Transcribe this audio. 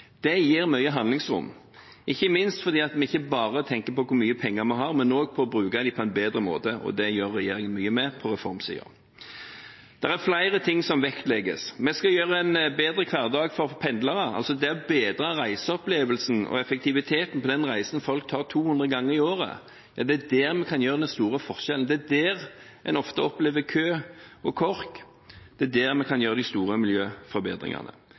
Det gir mye handlingsrom, ikke minst fordi vi ikke bare tenker på hvor mye penger vi har, men også på å bruke dem på en bedre måte. Det gjør regjeringen mye med på reformsiden. Det er flere ting som vektlegges. Vi skal gjøre hverdagen bedre for pendlere. Gjennom å bedre reiseopplevelsen og effektiviteten på reisen folk gjør 200 ganger i året, kan vi gjøre den store forskjellen. Det er der man ofte opplever kø og kork. Det er der vi kan gjøre de store miljøforbedringene.